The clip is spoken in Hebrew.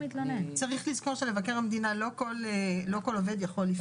צריך לזכור שאל מבקר המדינה לא כל עובד יכול לפנות,